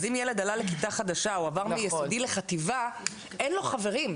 אז אם ילד עלה לכיתה חדשה או עבר מיסודי לחטיבה אין לו חברים,